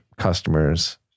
customers